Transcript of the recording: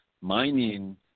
mining